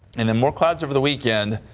and the more clouds over the weekend.